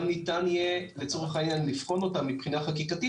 ניתן יהיה לצורך העניין לבחון אותה מבחינה חקיקתית,